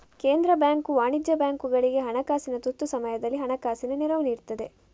ಕೇಂದ್ರ ಬ್ಯಾಂಕು ವಾಣಿಜ್ಯ ಬ್ಯಾಂಕುಗಳಿಗೆ ಹಣಕಾಸಿನ ತುರ್ತು ಸಮಯದಲ್ಲಿ ಹಣಕಾಸಿನ ನೆರವು ನೀಡ್ತದೆ